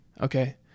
Okay